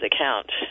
account